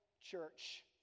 church